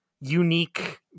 unique